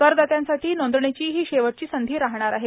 करदात्यांसाठी नोंदणीची ही शेवटची संधी राहणार आहे